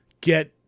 get